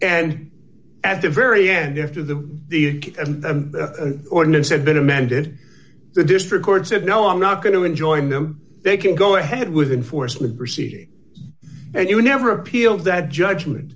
and at the very end after the the ordinance had been amended the district court said no i'm not going to enjoin them they can go ahead with enforcement proceeding and you never appealed that judgment